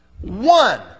One